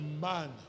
man